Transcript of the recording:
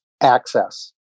access